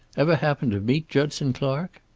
ever happen to meet judson clark?